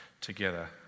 together